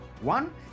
One